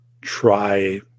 try